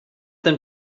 them